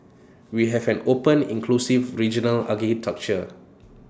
we have an open inclusive regional architecture